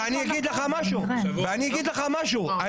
ואני אגיד לך משהו, ואני אגיד לך משהו.